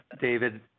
David